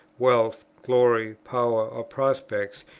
wealth, glory, power, or prospects,